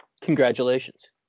Congratulations